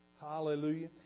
Hallelujah